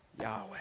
Yahweh